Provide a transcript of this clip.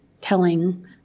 telling